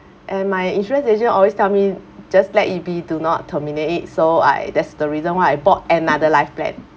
and my insurance agent always tell me just let it be do not terminate it so I that's the reason why I bought another life plan